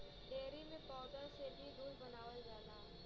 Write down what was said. dairy में powder से भी दूध बनावल जाला